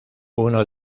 uno